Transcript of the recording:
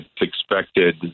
expected